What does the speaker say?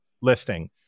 listing